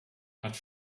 hat